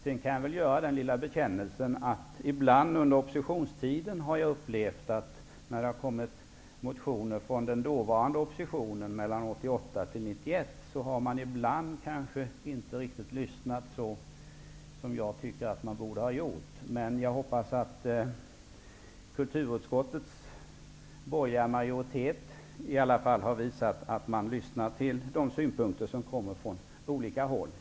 Sedan kan jag väl göra den lilla bekännelsen att jag ibland under oppositionstiden har jag upplevt att man, när det har kommit motioner från den dåvarande oppositionen, mellan 1988 och 1991, inte riktigt har lyssnat så som jag tycker att man borde ha gjort. Men jag hoppas att kulturutskottets borgerliga majoritet i alla fall har visat att man lyssnar till de synpunkter som kommer från olika håll.